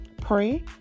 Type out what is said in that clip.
Pray